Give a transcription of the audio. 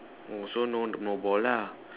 oh so no no ball lah